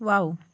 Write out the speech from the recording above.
wow